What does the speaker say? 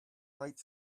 right